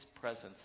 presence